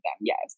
yes